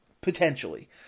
potentially